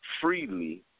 freely